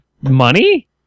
money